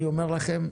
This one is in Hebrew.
אני אומר לכם,